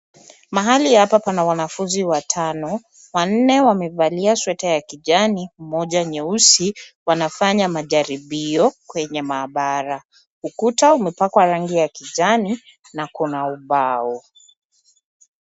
Mahali hapa pana wanafunzi watano, wanne wamevalia sweta ya kijani mmoja nyeusi wanafanya majaribio kwenye maabara. Ukuta umepakwa rangi ya kijani na kuna ubao.